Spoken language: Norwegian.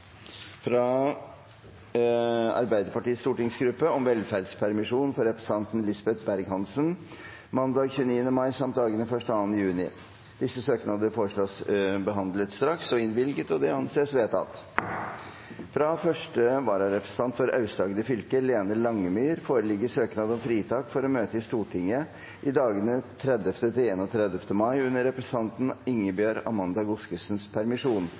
fra Arbeiderpartiets stortingsgruppe om velferdspermisjon for representanten Lisbeth Berg-Hansen mandag 29. mai samt i dagene 1. og 2. juni Disse søknadene foreslås behandlet straks og innvilget. – Det anses vedtatt. Fra første vararepresentant for Aust-Agder fylke, Lene Langemyr, foreligger søknad om fritak for å møte i Stortinget i dagene 30. til 31. mai under representanten Ingebjørg Amanda Godskesens permisjon,